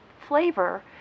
flavor